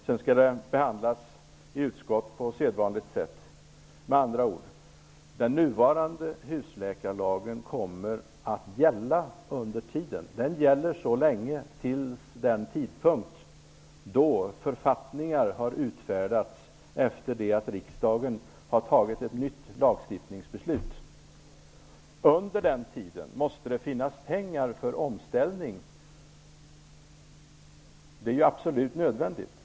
Sedan skall ärendet behandlas på sedvanligt sätt i utskottet. Med andra ord kommer den nuvarande husläkarlagen att gälla under tiden. Den gäller fram till den tidpunkt då författningar har utfärdats, efter det att riksdagen har fattat ett nytt lagstiftningsbeslut. Under tiden måste det finnas pengar för omställning -- det är absolut nödvändigt.